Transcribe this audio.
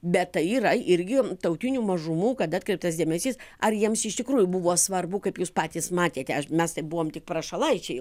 bet tai yra irgi tautinių mažumų kad atkreiptas dėmesys ar jiems iš tikrųjų buvo svarbu kaip jūs patys matėte mes tai buvom tik prašalaičiai